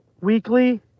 weekly